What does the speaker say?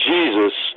Jesus